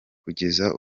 kugeza